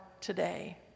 today